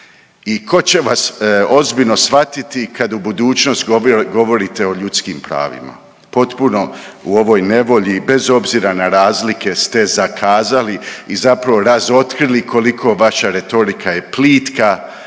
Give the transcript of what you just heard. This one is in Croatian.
I tko će vas ozbiljno shvatiti kad u budućnosti govorite o ljudskim prvima, potpuno u ovoj nevolji bez obzira na razlike ste zakazali i zapravo razotkrili koliko vaša retorika je plitka,